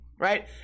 Right